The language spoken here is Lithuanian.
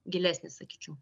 gilesnis sakyčiau